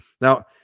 Now